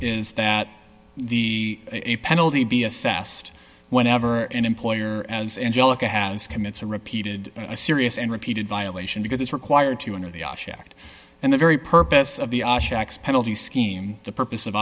is that the a penalty be assessed whenever an employer as angelica has commits a repeated serious and repeated violation because it's required to honor the object and the very purpose of the penalty scheme the purpose